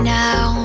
now